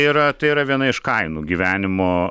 tai yra tai yra viena iš kainų gyvenimo